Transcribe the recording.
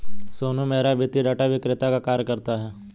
सोनू मेहरा वित्तीय डाटा विक्रेता का कार्य करता है